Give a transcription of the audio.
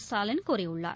ஸ்டாலின் கூறியுள்ளார்